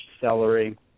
celery